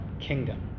kingdom